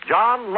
John